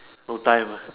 no time ah